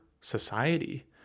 society